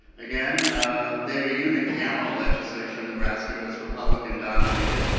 again david unicameral legislature in nebraska but it's republican dominated